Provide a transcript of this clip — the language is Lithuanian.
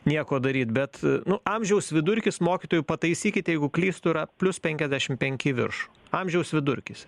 nieko daryt bet nu amžiaus vidurkis mokytojų pataisykit jeigu klystu yra plius penkiasdešim penki į viršų amžiaus vidurkis